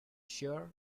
sure